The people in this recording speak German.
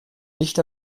nicht